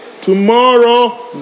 Tomorrow